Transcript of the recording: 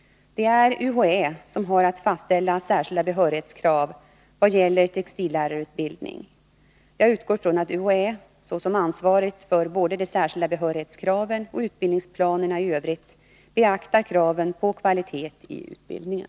Det är UHÄ som har att fastställa särskilda behörighetskrav vad gäller textillärarutbildning. Jag utgår från att UHÄ såsom ansvarigt för både de särskilda behörighetskraven och utbildningsplanerna i övrigt beaktar kraven på kvalitet i utbildningen.